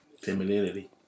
Femininity